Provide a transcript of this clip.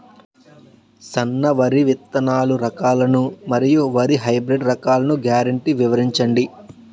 సన్న వరి విత్తనాలు రకాలను మరియు వరి హైబ్రిడ్ రకాలను గ్యారంటీ వివరించండి?